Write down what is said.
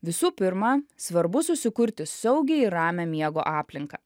visų pirma svarbu susikurti saugią ir ramią miego aplinką